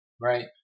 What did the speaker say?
right